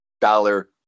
dollar